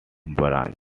branch